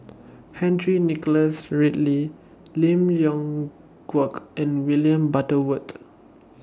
Henry Nicholas Ridley Lim Leong Geok and William Butterworth